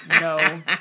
no